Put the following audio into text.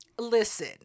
Listen